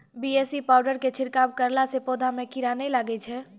BAC powder के छिड़काव करला से पौधा मे कीड़ा नैय लागै छै?